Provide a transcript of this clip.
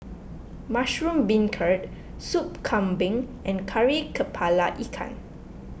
Mushroom Beancurd Sup Kambing and Kari Kepala Ikan